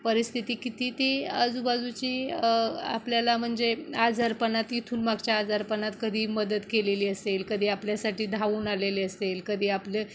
परिस्थिती किती ती आजूबाजूची आपल्याला म्हणजे आजारपणात इथून मागच्या आजारपणात कधी मदत केलेली असेल कधी आपल्यासाठी धावून आलेली असेल कधी आपले